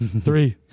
Three